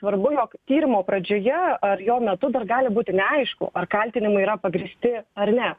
svarbu jog tyrimo pradžioje ar jo metu dar gali būti neaišku ar kaltinimai yra pagrįsti ar ne